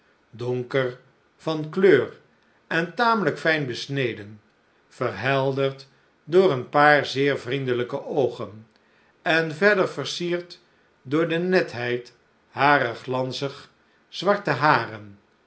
donker van kleur en tamelijk fijn besneden verhelderd door een paar zeer vriendelijke oogen en verder versierd door de netheid harer glanzig zwarte haren